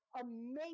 amazing